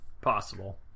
possible